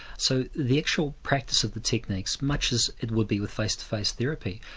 so the actual practice of the techniques, much as it would be with face to face therapy,